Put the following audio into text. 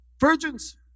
virgins